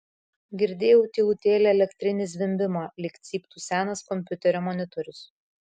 girdėjau tylutėlį elektrinį zvimbimą lyg cyptų senas kompiuterio monitorius